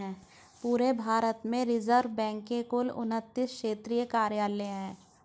पूरे भारत में reserve bank के कुल उनत्तीस क्षेत्रीय कार्यालय हैं